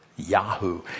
yahoo